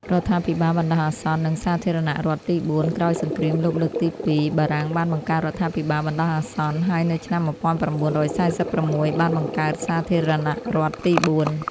រដ្ឋាភិបាលបណ្តោះអាសន្ន និងសាធារណរដ្ឋទីបួន ក្រោយសង្គ្រាមលោកលើកទី២ បារាំងបានបង្កើតរដ្ឋាភិបាលបណ្តោះអាសន្ន ហើយនៅឆ្នាំ ១៩៤៦ បានបង្កើត សាធារណរដ្ឋទីបួន។